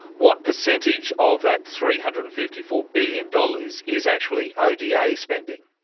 what percentage of that three hundred and fifty four billion dollars is actually oda yeah ah spending?